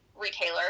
retailer